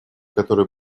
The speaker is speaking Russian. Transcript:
которую